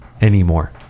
anymore